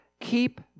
keep